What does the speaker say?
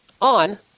on